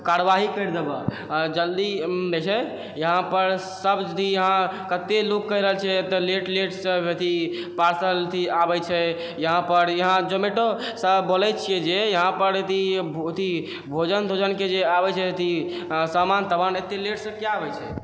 कार्यवाही करि देब जल्दी जे छै यहाँपर सब दिन कते लोग कहि रहल छै एते लेट लेटसँ एथी पार्सल एथी आबै छै यहाँपर यहाँ जोमैटोसँ बोलै छी जे यहाँपर एथी भोजन तोजनके जे आबै छै एथी सामान तमान एते लेटसँ किया आबै छै